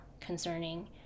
concerning